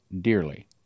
dearly